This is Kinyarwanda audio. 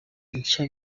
nshya